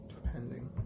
Depending